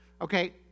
okay